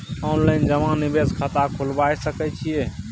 Online जमा निवेश खाता खुलाबय सकै छियै की?